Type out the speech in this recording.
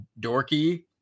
dorky